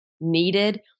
needed